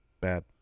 Bad